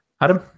Adam